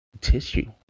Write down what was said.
tissue